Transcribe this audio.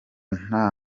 nta